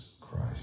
Christ